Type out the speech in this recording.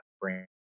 brand